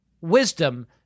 wisdom